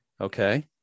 Okay